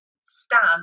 stand